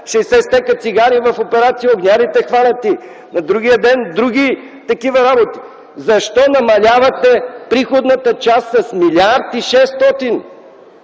60 стека цигари в операция „Огнярите” са хванати. На другия ден други такива работи. Защо намалявате приходната част с 1 млрд.